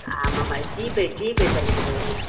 ஆமாம் ஆமாம் GPay GPay பண்ணிவிட்டு போயிடுங்க